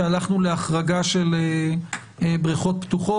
שהלכנו להחרגה של בריכות פתוחות.